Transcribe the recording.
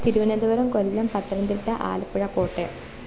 Thiruvananthapuram Kollam Pathanamthitta Alappuzha Kottayam